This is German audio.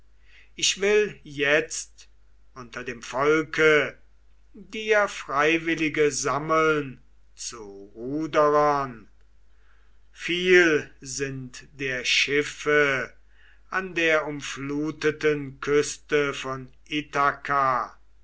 ich will jetzt unter dem volke dir freiwillige sammeln zu ruderern viel sind der schiffe an der umfluteten küste von